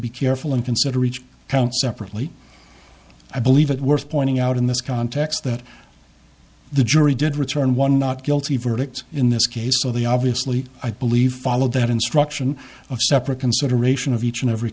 be careful and consider each count separately i believe it worth pointing out in this context that the jury did return one not guilty verdict in this case so they obviously i believe followed that instruction of separate consideration of each and every